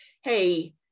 hey